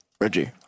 Reggie